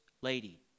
lady